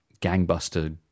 gangbuster